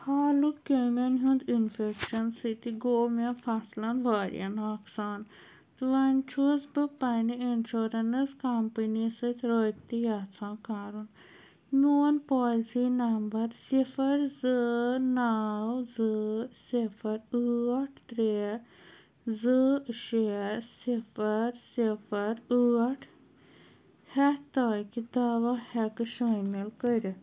حالُک کیٚمٮ۪ن ہُنٛد اِنفٮ۪کشَن سۭتۍ گوٚو مےٚ فَصلَن واریاہ نۄقصان تہٕ وۄنۍ چھُس بہٕ پنٛنہِ اِنشورٮ۪نٕس کمپٔنی سۭتۍ رٲبطہٕ یژھان کَرُن میون پالسی نمبر صِفر زٕ نَو زٕ صِفر ٲٹھ ترٛےٚ زٕ شےٚ صِفر صِفر ٲٹھ ہٮ۪تھ تاکہِ داوا ہٮ۪کہٕ شٲمِل کٔرِتھ